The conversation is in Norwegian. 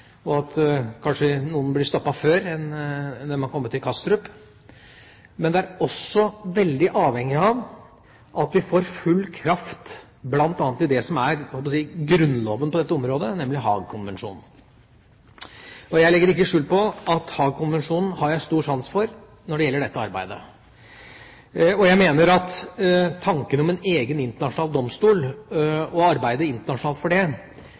noen kanskje blir stoppet før de har kommet til Kastrup. Men det er også veldig avhengig av at vi får full kraft i det som er, jeg holdt på å si, grunnloven på dette området, nemlig Haagkonvensjonen. Jeg legger ikke skjul på at jeg har stor sans for Haagkonvensjonen når det gjelder dette arbeidet. Tanken om en egen internasjonal domstol, å arbeide internasjonalt for det,